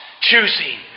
choosing